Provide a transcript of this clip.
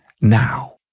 now